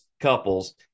couples